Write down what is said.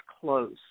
close